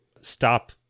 stop